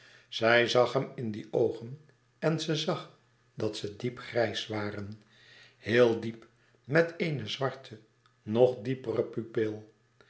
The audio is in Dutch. zag hem n die oogen en ze zag dat ze diep grijs waren heel diep met eene zwarte nog diepere pupil